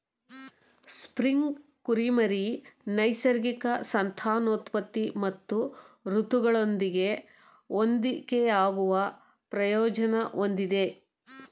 spring ಕುರಿಮರಿ ನೈಸರ್ಗಿಕ ಸಂತಾನೋತ್ಪತ್ತಿ ಮತ್ತು ಋತುಗಳೊಂದಿಗೆ ಹೊಂದಿಕೆಯಾಗುವ ಪ್ರಯೋಜನ ಹೊಂದಿದೆ